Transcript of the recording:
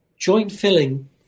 joint-filling